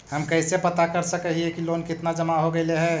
हम कैसे पता कर सक हिय की लोन कितना जमा हो गइले हैं?